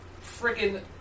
freaking